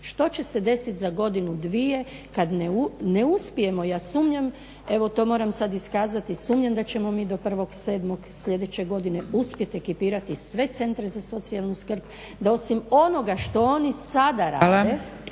Što će se desiti za godinu, dvije kad ne uspijemo ja sumnjam. Evo to moram sad iskazati sumnjam da ćemo mi do 1.7. sljedeće godine uspjeti ekipirati sve centre za socijalnu skrb da osim onoga što oni sada rade